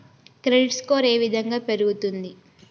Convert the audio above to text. Credit score ఏ విధంగా పెరుగుతుంది?